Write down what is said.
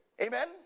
Amen